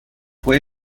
fue